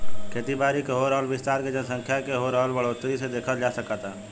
खेती बारी के हो रहल विस्तार के जनसँख्या के हो रहल बढ़ोतरी से देखल जा सकऽता